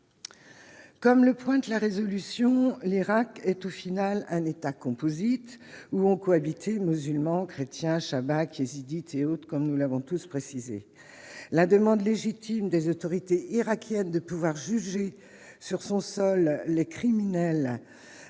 Comme le pointe la résolution l'Irak et tout finale un État composite où ont cohabité musulmans, chrétiens Chabaks qui hésite et autres, comme nous l'avons tous précisé la demande légitime des autorités irakiennes de pouvoir juger sur son sol les criminels